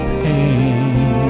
pain